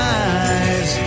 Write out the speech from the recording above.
eyes